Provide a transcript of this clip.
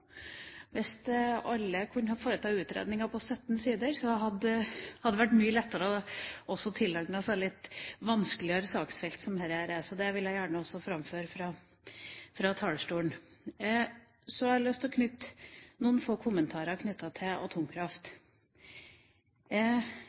Hvis alle kunne foreta utredninger på 17 sider, hadde det vært mye lettere å tilegne seg også litt vanskeligere saksfelt enn dette er. Så det vil jeg også gjerne framføre fra talerstolen. Så har jeg lyst til å knytte noen få kommentarer til